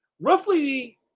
roughly